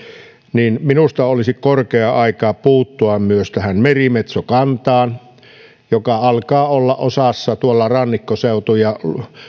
niin minusta olisi korkea aika puuttua myös tähän merimetsokantaan joka alkaa olla osassa rannikkoseutuja